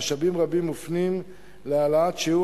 משאבים רבים מופנים להעלאת שיעור